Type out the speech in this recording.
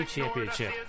Championship